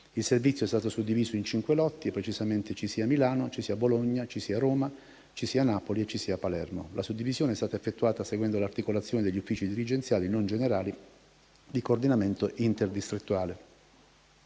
Il servizio è stato suddiviso in cinque lotti e precisamente: CISIA Milano, CISIA Bologna, CISIA Roma, CISIA Napoli e CISIA Palermo. La suddivisione è stata effettuata seguendo l'articolazione degli uffici dirigenziali non generali di coordinamento interdistrettuale.